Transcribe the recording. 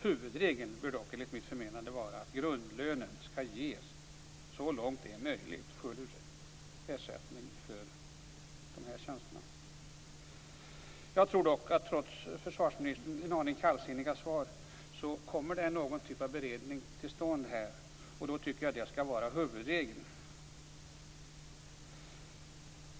Huvudregeln bör dock enligt mitt förmenande vara att grundlönen så långt det är möjligt skall ge full ersättning för tjänsterna. Jag tror dock att det, trots försvarsministerns en aning kallsinniga svar, kommer någon typ av beredning till stånd, och då tycker jag att detta skall vara huvudregeln.